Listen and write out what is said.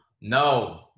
No